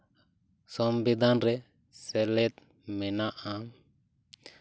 ᱥᱚᱝᱵᱤᱫᱷᱟᱱ ᱨᱮ ᱥᱮᱞᱮᱫ ᱢᱮᱱᱟᱜᱼᱟ